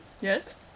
Yes